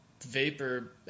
vapor